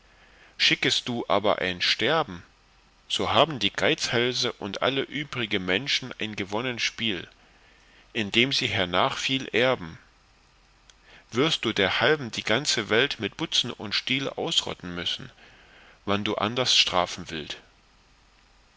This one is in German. schickest du aber ein sterben so haben die geizhälze und alle übrige menschen ein gewonnen spiel indem sie hernach viel erben wirst derhalben die ganze welt mit butzen und stiel ausrotten müssen wann du anderst strafen willt